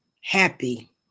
happy